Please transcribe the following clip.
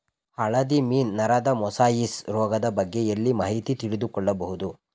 ಹಳದಿ ವೀನ್ ನರದ ಮೊಸಾಯಿಸ್ ರೋಗದ ಬಗ್ಗೆ ಎಲ್ಲಿ ಮಾಹಿತಿ ತಿಳಿದು ಕೊಳ್ಳಬಹುದು?